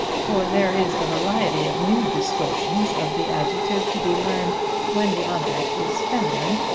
for there is a variety of new distortions of the adjective to be learned when the object is feminine,